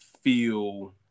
feel